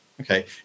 okay